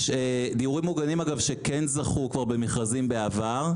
דיורים מוגנים שכבר זכו במכרזים בעבר,